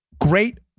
great